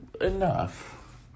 enough